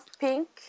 pink